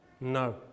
No